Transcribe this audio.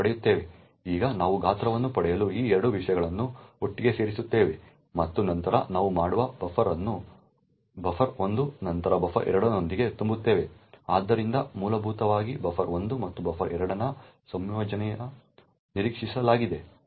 ಈಗ ನಾವು ಗಾತ್ರವನ್ನು ಪಡೆಯಲು ಈ 2 ವಿಷಯಗಳನ್ನು ಒಟ್ಟಿಗೆ ಸೇರಿಸುತ್ತೇವೆ ಮತ್ತು ನಂತರ ನಾವು ಮಾಡುವ ಬಫರ್ ಅನ್ನು ಬಫರ್ 1 ನಂತರ ಬಫರ್ 2 ನೊಂದಿಗೆ ತುಂಬುತ್ತೇವೆ ಆದ್ದರಿಂದ ಮೂಲಭೂತವಾಗಿ ಬಫರ್ 1 ಮತ್ತು ಬಫರ್ 2 ನ ಸಂಯೋಜನೆಯನ್ನು ನಿರೀಕ್ಷಿಸಲಾಗಿದೆ